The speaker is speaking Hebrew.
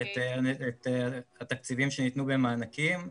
את התקציבים שניתנו במענקים,